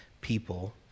people